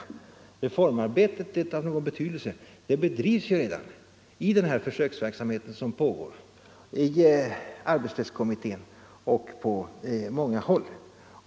Eu reformarbete av betydelse bedrivs redan i den försöksverksamhet som pågår, i arbetsrättskommittén och på många håll.